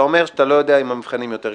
אתה אומר שאתה לא יודע אם המבחנים יותר קשים.